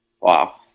Wow